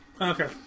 Okay